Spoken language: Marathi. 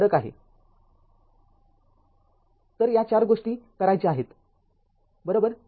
तर या ४ गोष्टी करायच्या आहेत बरोबर